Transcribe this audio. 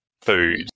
food